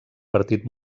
partit